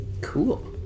Cool